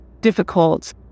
difficult